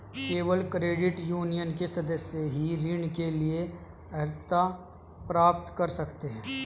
केवल credit union के सदस्य ही ऋण के लिए अर्हता प्राप्त कर सकते हैं